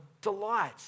delight